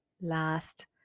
last